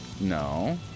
No